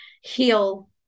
heal